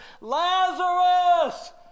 Lazarus